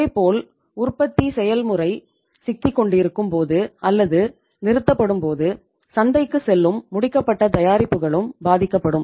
இதேபோல் உற்பத்தி செயல்முறை சிக்கிக்கொண்டிருக்கும் போது அல்லது நிறுத்தப்படும்போது சந்தைக்குச் செல்லும் முடிக்கப்பட்ட தயாரிப்புகளும் பாதிக்கப்படும்